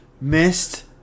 missed